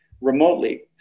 remotely